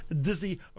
dizzy